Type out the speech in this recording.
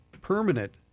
permanent